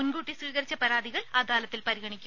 മുൻകൂട്ടി സ്വീകരിച്ച പരാതികൾ അദാലത്തിൽ പരിഗണിക്കും